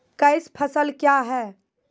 Cash फसल क्या हैं?